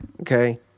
okay